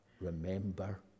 remember